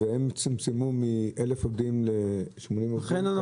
והם צמצמו מ-1,000 עובדים ל --- לכן אנחנו